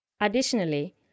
Additionally